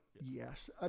yes